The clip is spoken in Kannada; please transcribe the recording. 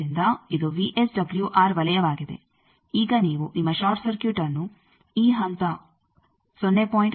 ಆದ್ದರಿಂದ ಇದು ವಿಎಸ್ಡಬಲ್ಯುಆರ್ ವಲಯವಾಗಿದೆ ಈಗ ನೀವು ನಿಮ್ಮ ಷಾರ್ಟ್ ಸರ್ಕ್ಯೂಟ್ ಅನ್ನು ಈ ಹಂತ 0